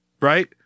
right